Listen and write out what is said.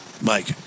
Mike